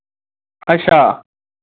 अच्छा